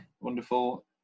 wonderful